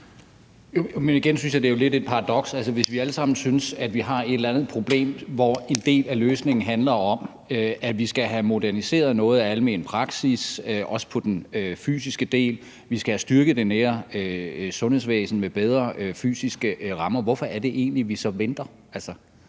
(V): Igen synes jeg, at det er lidt af et paradoks. Hvis vi alle sammen synes, at vi har et eller andet problem, hvor en del af løsningen handler om, at vi skal have moderniseret noget af almen praksis, også for så vidt angår den materielle del, og at vi skal have styrket det nære sundhedsvæsen ved at give bedre fysiske rammer, hvorfor er det så egentlig, at vi venter?